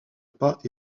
pas